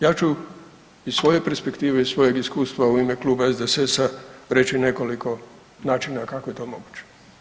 Ja ću iz svoje perspektive i svojeg iskustva u ime Kluba SDSS-a reći nekoliko načina kako je to moguće.